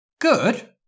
Good